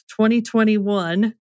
2021